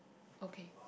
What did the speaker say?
okay